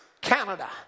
Canada